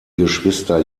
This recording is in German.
geschwister